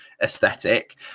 aesthetic